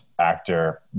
actor